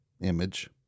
Image